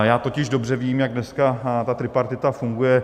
Já totiž dobře vím, jak dneska tripartita funguje.